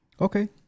Okay